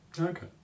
Okay